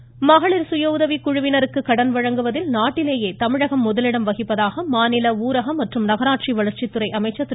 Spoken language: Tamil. வேலுமணி மகளிர் சுயஉதவிக்குழுவினருக்கு கடன் வழங்குவதில் நாட்டிலேயே தமிழகம் முதலிடம் வகிப்பதாக மாநில ஊரக மற்றும் நகராட்சி வளர்ச்சித்துறை அமைச்சர் திரு